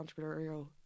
entrepreneurial